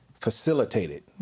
facilitated